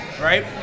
right